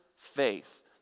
faith